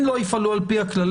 אם לא יפעלו על פי הכללים,